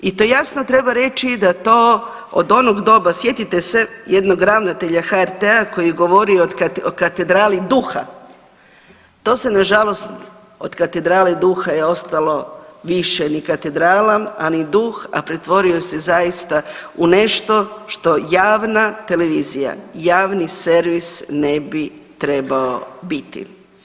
I to jasno treba reći da to od onog doba sjetite se jednog ravnatelja HRT-a koji govori o katedrali duha, to se na žalost od katedrale duha je ostalo više ni katedrala, a ni duh, a pretvorio se zaista u nešto što javna televizija, javni servis ne bi trebao biti.